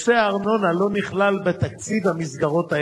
נושא הארנונה לא נכלל בתקציב המסגרות האלה.